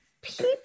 people